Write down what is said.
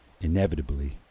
Inevitably